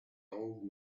old